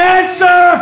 answer